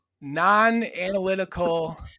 non-analytical